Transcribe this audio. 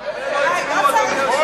לא צריך בכוח.